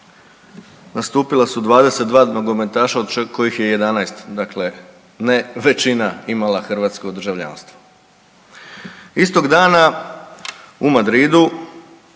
Nastupila su 22 nogometaša od kojih je 11 dakle, ne većina imala hrvatsko državljanstvo. Istog dana u Madridu